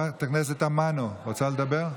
רוצה לדבר?